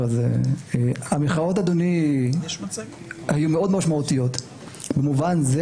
המחאות, אדוני, היו מאוד משמעותיות במובן זה